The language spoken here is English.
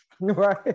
Right